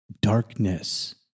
darkness